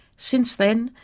since then,